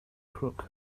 crook